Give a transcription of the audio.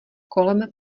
kolem